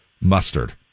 mustard